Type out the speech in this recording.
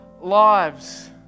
lives